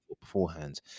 beforehand